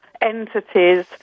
entities